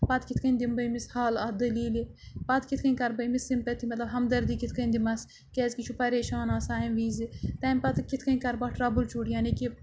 پَتہٕ کِتھ کٔنۍ دِم بہٕ أمِس حَل اَتھ دٔلیٖلہِ پَتہٕ کِتھ کٔنۍ کَرٕ بہٕ أمِس سِمپَٮ۪تھی مطلب ہَمدردی کِتھ کٔنۍ دِمَس کیٛازِکہِ یہِ چھُ پریشان آسان اَمہِ وِزِ تَمہِ پَتہٕ کِتھ کٔنۍ کَرٕ بہٕ اَتھ ٹرٛبٕل شوٗٹ یعنی کہِ